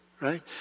right